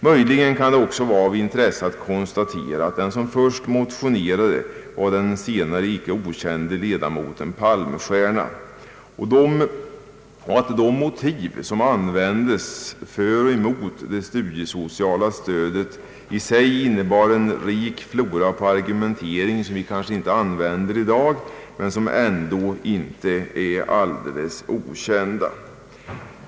Möjligen kan det också vara av intresse att konstatera ait den som först motionerade var den senare icke okände ledamoten Palmstierna och att de motiv som användes för och emot det studiesociala stödet i sig innebar en rik flora av argument, som vi kanske inte använder i dag, men som ändå inte är alldeles okända.